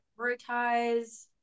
prioritize